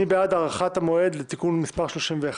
מי בעד הארכת המועד לתיקון מס' 31?